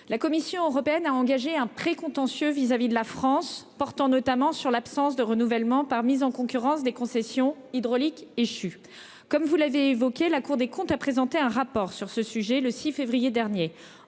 La Commission européenne a engagé un précontentieux vis-à-vis de la France portant notamment sur l'absence de renouvellement par mise en concurrence des concessions hydrauliques échu comme vous l'avez évoqué, la Cour des comptes a présenté un rapport sur ce sujet le 6 février dernier